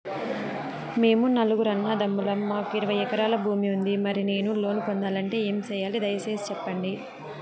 మేము నలుగురు అన్నదమ్ములం మాకు ఇరవై ఎకరాల భూమి ఉంది, మరి నేను లోను పొందాలంటే ఏమి సెయ్యాలి? దయసేసి సెప్పండి?